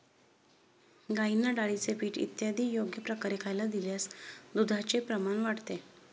गाईंना डाळीचे पीठ इत्यादी योग्य प्रकारे खायला दिल्यास दुधाचे प्रमाण वाढते